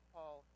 Paul